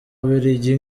bubiligi